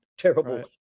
terrible